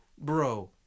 Bro